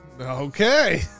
Okay